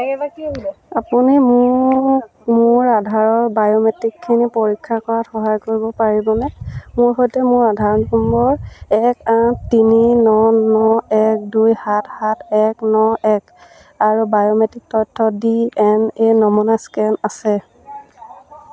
আপুনি মোক মোৰ আধাৰৰ বায়'মেট্ৰিকখিনি পৰীক্ষা কৰাত সহায় কৰিব পাৰিবনে মোৰ সৈতে মোৰ আধাৰ নম্বৰ এক আঠ তিনি ন ন এক দুই সাত সাত এক ন এক আৰু বায়'মেট্ৰিক তথ্য ডি এন এ নমুনা স্কেন আছে